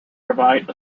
provide